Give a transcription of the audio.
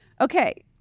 Okay